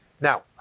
Now